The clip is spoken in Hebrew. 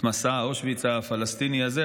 את מסע-אושוויץ הפלסטיני הזה,